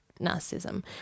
narcissism